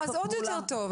אז עוד יותר טוב.